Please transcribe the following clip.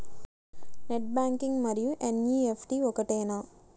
Net banking మరియు NEFT ఒకటేనా?